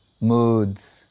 moods